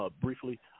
Briefly